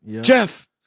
Jeff